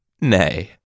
Nay